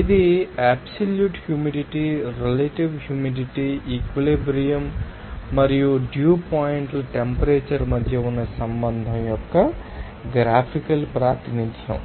ఇది absolute humidity relative humidity equilibrium త మరియు డ్యూ పాయింట్ ల టెంపరేచర్ మధ్య ఉన్న సంబంధం యొక్క గ్రాఫికల్ ప్రాతినిధ్యం